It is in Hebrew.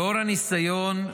לאור הניסיון,